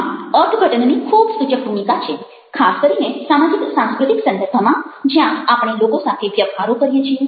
આમ અર્થઘટનની ખૂબ સૂચક ભૂમિકા છે ખાસ કરીને સામાજિક સાંસ્કૃતિક સંદર્ભમાં જ્યાં આપણે લોકો સાથે વ્યવહારો કરીએ છીએ